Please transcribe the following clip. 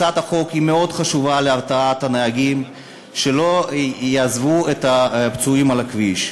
הצעת החוק היא מאוד חשובה להרתעת הנהגים שלא יעזבו את הפצועים על הכביש.